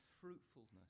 fruitfulness